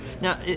Now